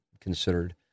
considered